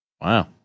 Wow